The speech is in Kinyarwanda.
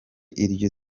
iryo